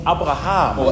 Abraham